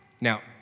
Now